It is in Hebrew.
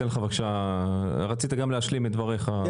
רצית להשלים את דבריך?